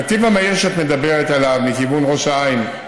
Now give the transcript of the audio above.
הנתיב המהיר שאת מדברת עליו, מכיוון ראש העין,